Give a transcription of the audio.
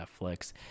netflix